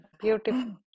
beautiful